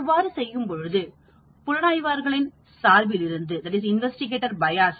இவ்வாறு செய்யும்பொழுது புலனாய்வாளரின் சார்பிலிருந்து investigator's bias விடுபடுவோம்